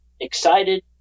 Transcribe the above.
excited